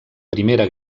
primera